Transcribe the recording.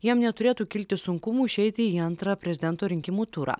jam neturėtų kilti sunkumų išeiti į antrą prezidento rinkimų turą